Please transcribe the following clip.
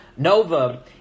Nova